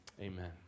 amen